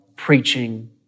preaching